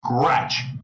scratch